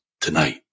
tonight